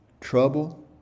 trouble